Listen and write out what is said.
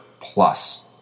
plus